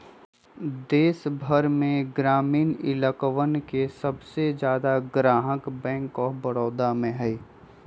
देश भर में ग्रामीण इलकवन के सबसे ज्यादा ग्राहक बैंक आफ बडौदा में हई